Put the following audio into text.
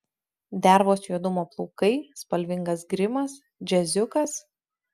dervos juodumo plaukai spalvingas grimas džiaziukas